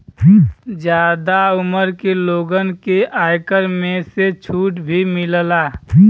जादा उमर के लोगन के आयकर में से छुट भी मिलला